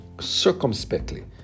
circumspectly